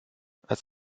als